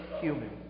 human